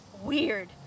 weird